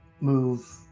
move